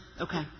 Okay